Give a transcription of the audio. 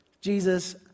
Jesus